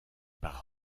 par